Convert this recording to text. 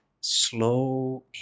slow